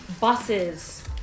buses